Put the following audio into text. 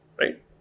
right